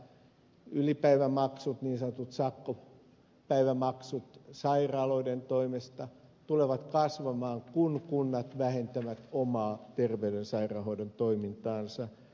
muun muassa ylipäivämaksut niin sanotut sakkopäivämaksut sairaaloiden toimesta tulevat kasvamaan kun kunnat vähentävät omaa terveyden ja sairaanhoidon toimintaansa